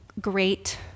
great